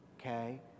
okay